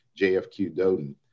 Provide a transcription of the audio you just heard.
JFQ-DODEN